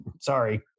sorry